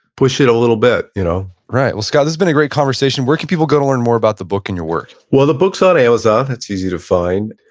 push it a little bit you know right. well, scott, this has been a great conversation, where can people go to learn more about the book and your work? well, the book's on amazon, it's easy to find.